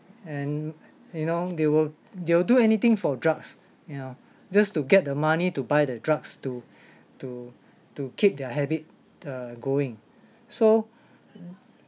and you know they will they'll do anything for drugs you know just to get the money to buy the drugs to to to keep their habit uh going so hmm